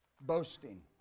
Boasting